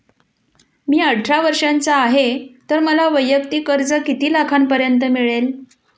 मी अठरा वर्षांचा आहे तर मला वैयक्तिक कर्ज किती लाखांपर्यंत मिळेल?